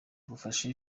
bafashe